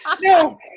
No